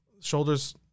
Shoulders